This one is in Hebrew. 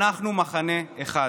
אנחנו מחנה אחד,